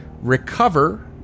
recover